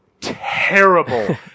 terrible